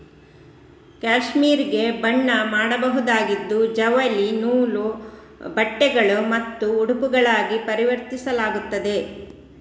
cashmere ಗೆ ಬಣ್ಣ ಮಾಡಬಹುದಾಗಿದ್ದು ಜವಳಿ ನೂಲು, ಬಟ್ಟೆಗಳು ಮತ್ತು ಉಡುಪುಗಳಾಗಿ ಪರಿವರ್ತಿಸಲಾಗುತ್ತದೆ